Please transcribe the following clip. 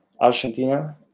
Argentina